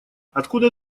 откуда